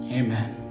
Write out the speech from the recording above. amen